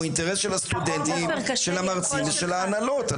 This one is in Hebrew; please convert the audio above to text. הוא אינטרס של הסטודנטים, של המרצים ושל ההנהלות.